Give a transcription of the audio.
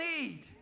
need